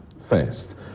first